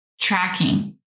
Tracking